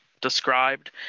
described